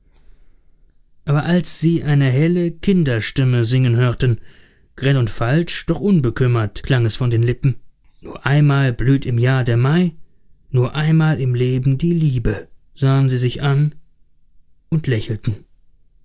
aber als sie eine helle kinderstimme singen hörten grell und falsch doch unbekümmert klang es von den lippen nur einmal blüht im jahr der mai nur einmal im leben die lie be sahen sie sich an und lächelten